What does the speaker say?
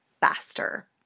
faster